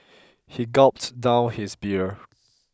he gulped down his beer